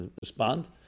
respond